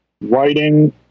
writing